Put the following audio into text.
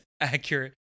accurate